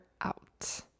out